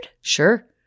Sure